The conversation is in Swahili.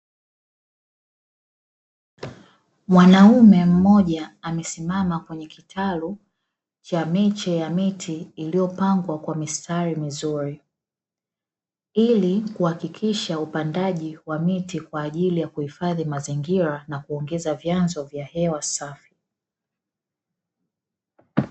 Mwaname mmoja amesimama kwenye kitalu cha miche ya miti, iliyopangwa kwa mistari mizuri, ili kuhakikisha upandaji wa miti kwa ajili ya kuhifadhi mazingira, na kuongeza vyanzo vya hewa safi.